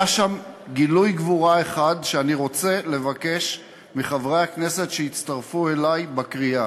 היה שם גילוי גבורה אחד שאני רוצה לבקש מחברי הכנסת שיצטרפו אלי בקריאה.